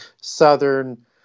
southern